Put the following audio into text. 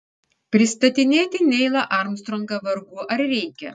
pristatinėti neilą armstrongą vargu ar reikia